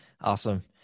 Awesome